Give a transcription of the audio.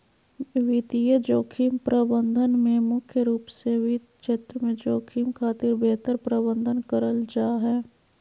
वित्तीय जोखिम प्रबंधन में मुख्य रूप से वित्त क्षेत्र में जोखिम खातिर बेहतर प्रबंध करल जा हय